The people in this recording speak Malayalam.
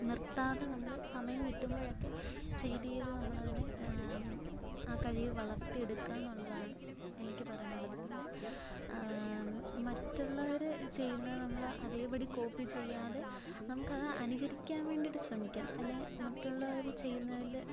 നിർത്താതെ നമ്മൾ സമയം കിട്ടുമ്പോഴൊക്കെ ചെയ്ത് ചെയ്ത് നമ്മളതിനെ ആ കഴിവ് വളർത്തിയെടുക്കാന്നുള്ളതാണ് എനിക്ക് പറയാനുള്ളത് പിന്നെ മറ്റുള്ളവർ ചെയ്യുന്നത് നമ്മൾ അതേപടി കോപ്പി ചെയ്യാതെ നമുക്കത് അനുകരിക്കാൻ വേണ്ടീട്ട് ശ്രമിക്കാം അല്ലേൽ മറ്റുള്ളവർ ചെയ്യുന്നതിൽ